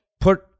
put